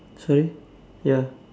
sorry ya